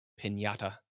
Pinata